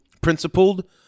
principled